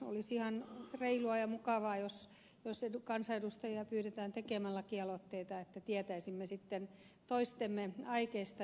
olisi ihan reilua ja mukavaa jos kansanedustajia pyydetään tekemään lakialoitteita että tietäisimme sitten toistemme aikeista